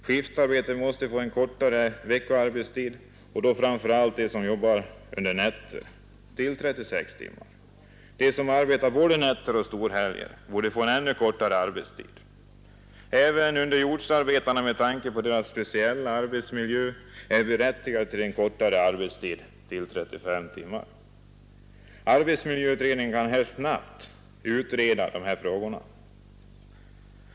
Skiftarbetare måste få veckoarbetstiden minskad till 36 timmar, framför allt de som arbetar under nätter. De som arbetar både nätter och storhelger borde få ännu kortare arbetstid. Även underjordsarbetarna är med tanke på sin speciella arbetsmiljö berättigade att få kortare arbetstid, 35 timmar. Arbetsmiljöutredningen kan snabbt utreda dessa frågor.